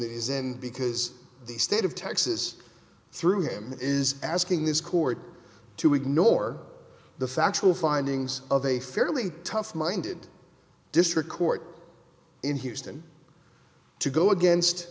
that is in because the state of texas through him is asking this court to ignore the factual findings of a fairly tough minded district court in houston to go against